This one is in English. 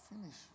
Finish